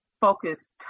focus